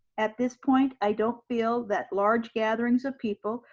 at this point, i don't feel that large gatherings of people,